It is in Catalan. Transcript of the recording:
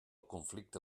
conflicte